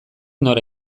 nora